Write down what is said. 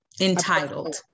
entitled